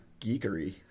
geekery